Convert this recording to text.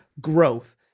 growth